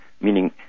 meaning